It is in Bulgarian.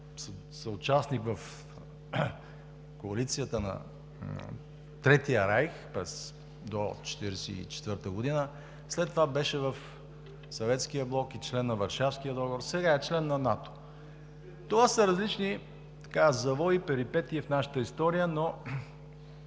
съучастник в коалицията на Третия райх, тоест до 1944 г., след това беше в Съветския блок и член на Варшавския договор, сега е член на НАТО. Това са различни завои и перипетии в нашата история, но